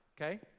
Okay